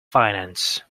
finance